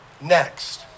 next